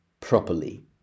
properly